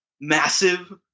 Massive